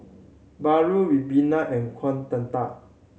paru ribena and Kueh Dadar